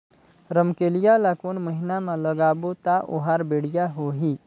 रमकेलिया ला कोन महीना मा लगाबो ता ओहार बेडिया होही?